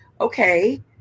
Okay